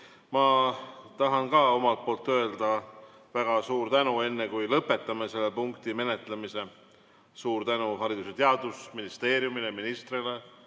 Ma tahan ka omalt poolt öelda väga suur tänu, enne kui lõpetame selle punkti menetlemise. Suur tänu Haridus‑ ja Teadusministeeriumile, ministrile,